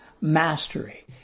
Mastery